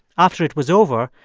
after it was over,